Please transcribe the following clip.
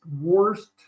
worst